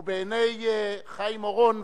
הוא בעיני חיים אורון,